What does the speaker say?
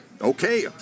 okay